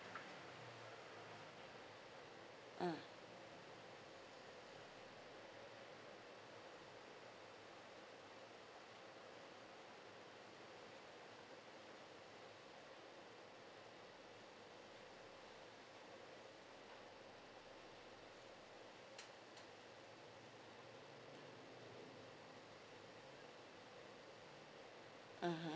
mm mmhmm